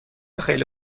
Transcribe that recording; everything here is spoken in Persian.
خیلی